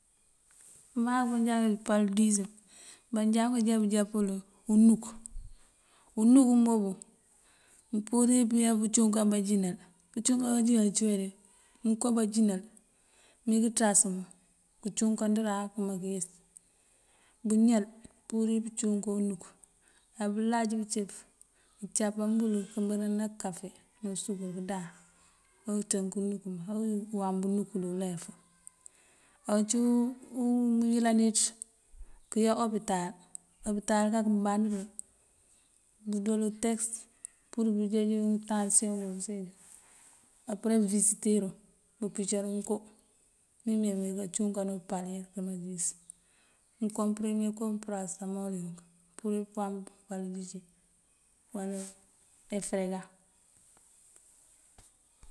Pёmaak panjankaapí paludisёm manjakύ jábu jápul unuk. Unuk mobύ mёёmpurir kaya bёconkan bánjínal. Bёconkan bánjínal acíwe; mёёnko bánjinal mύumí kёţásёmun kёcunkёndёran akuba kёyёs: bёñal apurir kaconkan unuk, bёёláj kёcáapaambёl kёёkёmbёlan dí kafe ná sύkar kuba kёёndaan uwamb unuk dí ilef. Ocí uyёlaniţ ko kёya opital. Opital kak umbandёrёl budolu tesёt pur bunjeejύ ntáasiyoŋ acíwum. apёre busísёtírύ, bupicáru buko bii meebi kancύkáanύ paludisёm mёёnkoopёrime: parasetamol, eferelёngaŋ.